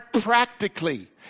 practically